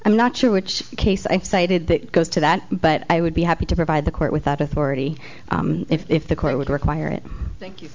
i'm not sure which case i cited that goes to that but i would be happy to provide the court with that authority if the court would require it thank you